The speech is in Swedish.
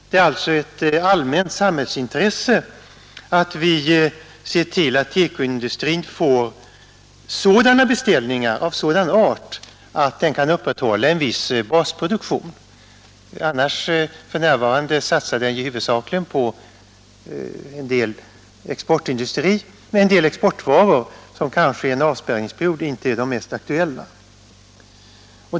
Det är alltså ett allmänt samhällsintresse att vi ser till att TEKO-industrin får beställningar av sådan art att den kan upprätthålla en viss basproduktion, För närvarande satsar den huvudsakligen på en del exportvaror som kanske under en avspärrningsperiod inte är det mest aktuella.